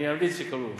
אני אמליץ שיקבלו.